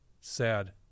sad